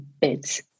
bids